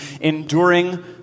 enduring